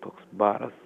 toks baras